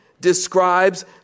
describes